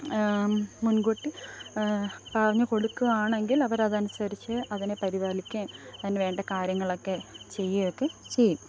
മുൻകൂട്ടി പറഞ്ഞു കൊടുക്കുകയാണെങ്കിൽ അവരതനുസരിച്ച് അതിനെ പരിപാലിക്കുകയും അതിനുവേണ്ട കാര്യങ്ങളൊക്കെ ചെയ്യുകയും ഒക്കെ ചെയ്യും